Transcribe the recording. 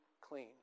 clean